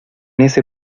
ese